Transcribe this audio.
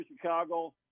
Chicago